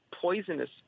poisonous